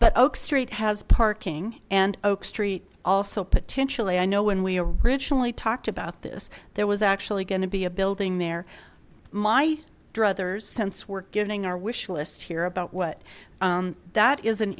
but oak street has parking and oak street also potentially i know when we originally talked about this there was actually going to be a building there my druthers sense we're getting our wish list here about what that is an